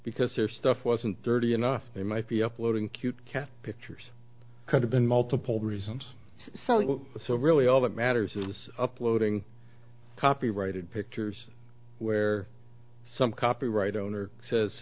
because their stuff wasn't dirty enough they might be uploading cute cat pictures could have been multiple reasons so if so really all that matters is uploading copyrighted pictures where some copyright owner says